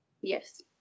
Yes